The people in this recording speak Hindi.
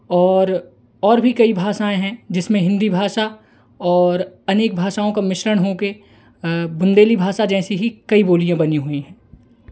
और और भी कई भाषाएँ हैं जिसमें हिंदी भाषा और अनेक भाषाओं का मिश्रण होके बुन्देली भाषा जैसें ही कई बोलिया बनी हुई हैं